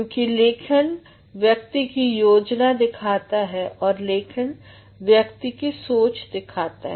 क्योंकि लेखन व्यक्ति की योजना दिखता है और लेखन व्यक्ति की सोच दिखता है